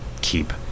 keep